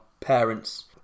Parents